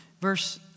verse